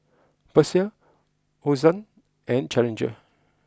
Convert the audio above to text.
Persil Hosen and Challenger